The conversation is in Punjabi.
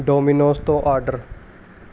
ਡੋਮੀਨੋਜ਼ ਤੋਂ ਆਡਰ